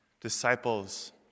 disciples